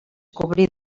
cobrir